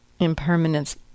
impermanence